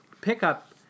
pickup